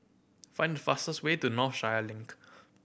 find the fastest way to Northshore Link